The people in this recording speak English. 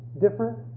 different